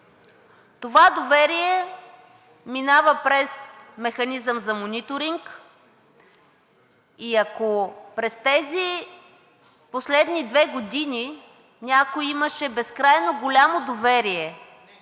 Това доверие минава през механизъм за мониторинг и ако през тези последни две години някой имаше безкрайно голямо доверие